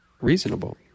reasonable